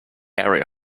area